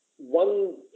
One